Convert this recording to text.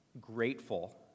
grateful